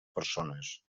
persones